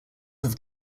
have